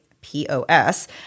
POS